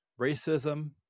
racism